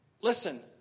Listen